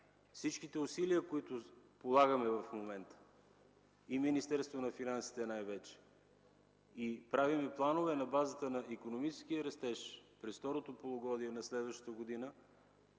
Всичките усилия, които в момента полагаме и най-вече в Министерството на финансите, правим планове на базата на икономическия растеж през второто полугодие на следващата година,